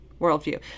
Worldview